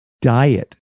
diet